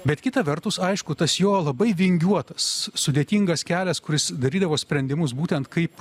bet kita vertus aišku tas jo labai vingiuotas sudėtingas kelias kuris darydavo sprendimus būtent kaip